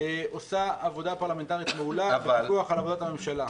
עושה עבודה מעולה לפיקוח על עבודת הממשלה.